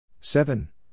Seven